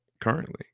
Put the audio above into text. currently